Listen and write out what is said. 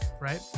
right